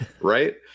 Right